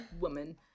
woman